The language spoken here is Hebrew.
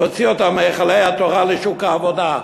להוציא אותם מהיכלי התורה לשוק העבודה?